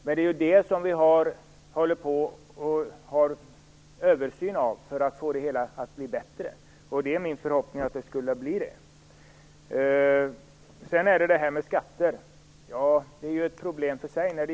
Men det görs ju en översyn för att det hela skall bli bättre. Det är min förhoppning att det skall bli bättre. Skatter är ett problem för sig.